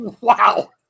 Wow